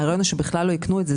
הרעיון הוא שבכלל לא יקנו את זה.